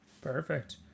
Perfect